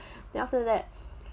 then after that